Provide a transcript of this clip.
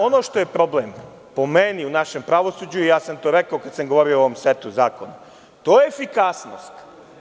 Ono što je po meni problem u našem pravosuđu, i to sam rekao kada sam govorio o ovom setu zakona, to je efikasnost.